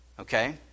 Okay